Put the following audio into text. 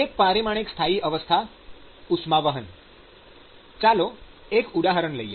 એક પરિમાણિક સ્થાયી અવસ્થા ઉષ્માવહન ચાલો એક ચોક્કસ ઉદાહરણ લઈએ